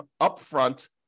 upfront